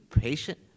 Patient